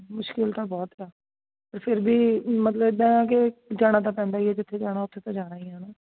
ਮੁਸ਼ਕਿਲ ਤਾਂ ਬਹੁਤ ਆ ਅਤੇ ਫਿਰ ਵੀ ਮਤਲਬ ਇੱਦਾਂ ਆ ਕਿ ਜਾਣਾ ਤਾਂ ਪੈਂਦਾ ਹੀ ਆ ਜਿੱਥੇ ਜਾਣਾ ਉੱਥੇ ਤਾਂ ਜਾਣਾ ਹੀ ਆ ਨਾ